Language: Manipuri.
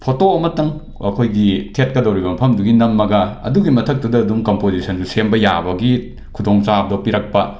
ꯐꯣꯇꯣ ꯑꯃꯇꯪ ꯑꯩꯈꯣꯏꯒꯤ ꯊꯦꯠꯀꯗꯧꯔꯤꯕ ꯃꯐꯝꯗꯨꯒꯤ ꯅꯝꯃꯒ ꯑꯗꯨꯒꯤ ꯃꯊꯛꯇꯨꯗ ꯑꯗꯨꯝ ꯀꯝꯄꯣꯖꯤꯁꯟꯁꯨ ꯁꯦꯝꯕ ꯌꯥꯕꯒꯤ ꯈꯨꯗꯣꯡꯆꯥꯕꯗꯨ ꯄꯤꯔꯛꯄ